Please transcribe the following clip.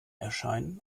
erscheinen